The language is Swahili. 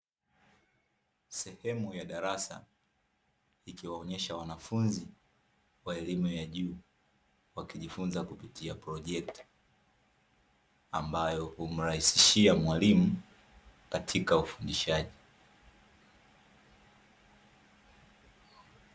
Sehemu ya darasa ikiwaonyesha wanafunzi wa elimu ya juu wakijifunza kupitia projekta, ambayo humrahisishia mwalimu katika ufundishaji.